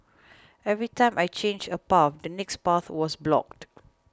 every time I changed a path the next path was blocked